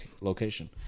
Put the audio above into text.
location